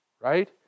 right